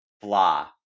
blah